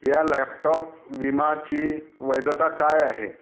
या लॅपटॉप विमाची वैधता काय आहे